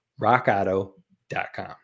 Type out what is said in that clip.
rockauto.com